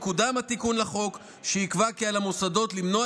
יקודם התיקון לחוק שיקבע כי על המוסדות למנוע